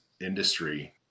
industry